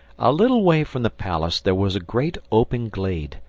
a little way from the palace there was a great open glade,